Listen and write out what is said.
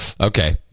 Okay